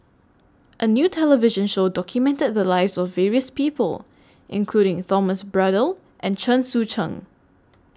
A New television Show documented The Lives of various People including Thomas Braddell and Chen Sucheng